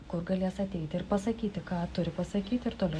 kur galės ateiti ir pasakyti ką turi pasakyti ir toliau